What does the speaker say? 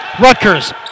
Rutgers